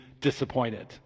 disappointed